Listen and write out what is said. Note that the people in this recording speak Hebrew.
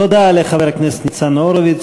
תודה לחבר הכנסת ניצן הורוביץ